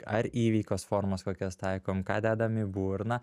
ar įveikos formas kokias taikom ką dedam į burną